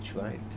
right